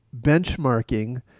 benchmarking